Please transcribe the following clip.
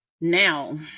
Now